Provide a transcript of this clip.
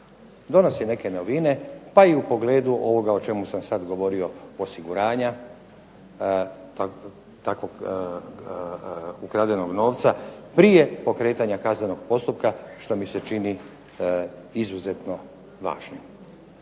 donosi neke novine pa i u pogledu ovoga o čemu sam sad govorio osiguranja takvog ukradenog novca prije pokretanja kaznenog postupka što mi se čini izuzetno važnim.